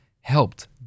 helped